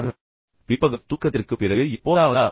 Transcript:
அல்லது உங்கள் பிற்பகல் தூக்கத்திற்குப் பிறகு எப்போதாவதா